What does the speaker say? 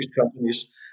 companies